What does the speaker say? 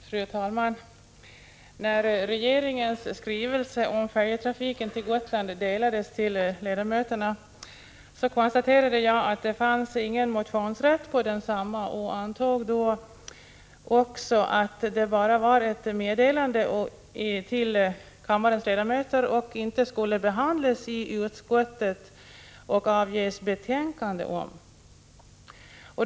Fru talman! När regeringens skrivelse om färjetrafiken till Gotland delades till ledamöterna konstaterade jag att vi inte hade någon motionsrätt. Jag antog då också att det bara var ett meddelande till kammarens ledamöter som inte skulle behandlas i utskott eller föranleda något betänkande.